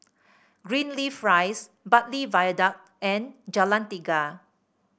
Greenleaf Rise Bartley Viaduct and Jalan Tiga